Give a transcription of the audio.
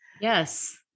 Yes